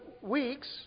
weeks